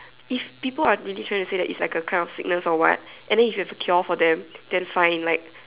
if people are really trying to say that it's like a kind of sickness or what and then if there's a cure for them then fine like